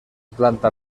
planta